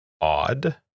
odd